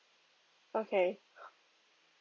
okay